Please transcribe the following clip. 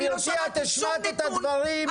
גברתי, השמעת את הדברים.